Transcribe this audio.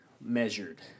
measured